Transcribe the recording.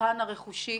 בפן הרכושי